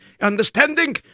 understanding